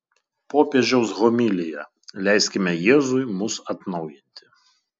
popiežiaus homilija leiskime jėzui mus atnaujinti